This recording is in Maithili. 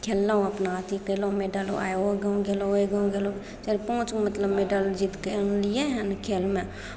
खेललहुँ अपना अथि कयलहुँ मैडल आइ ओहि गाँव गयलहुँ ओहि गाँव गयलहुँ चारि पाँच गो मतलब मैडल जीत कऽ अनलियै हन खेलमे